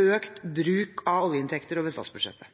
økt bruk av oljeinntekter over statsbudsjettet.